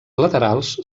laterals